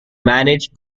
managed